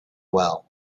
well